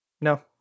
No